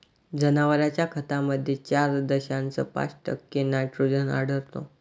जनावरांच्या खतामध्ये चार दशांश पाच टक्के नायट्रोजन आढळतो